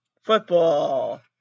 Football